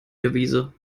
devise